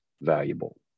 valuable